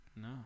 No